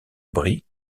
brie